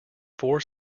four